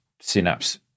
Synapse